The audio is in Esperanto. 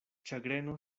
ĉagreno